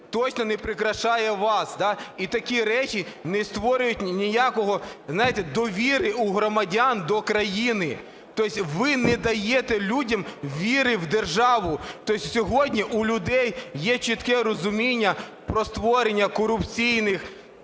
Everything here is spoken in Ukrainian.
точно не прикрашає вас. І такі речі не створюють ніякої, знаєте, довіри у громадян до країни. То есть, ви не даєте людям віри в державу. То есть, сьогодні у людей є чітке розуміння про створення корупційних